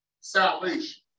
salvation